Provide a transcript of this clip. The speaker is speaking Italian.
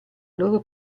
loro